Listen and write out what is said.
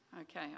Okay